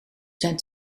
zijn